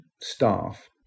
staff